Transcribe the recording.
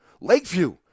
Lakeview